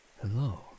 hello